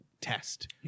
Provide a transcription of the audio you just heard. test